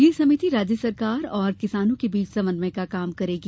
यह समिति राज्य सरकार और किसानों के बीच समन्वय का काम करेगी